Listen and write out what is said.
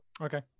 Okay